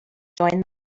join